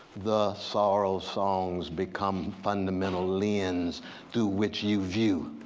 the sorrow songs become fundamental lens through which you view